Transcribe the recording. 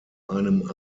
einem